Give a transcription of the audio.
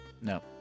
No